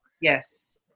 Yes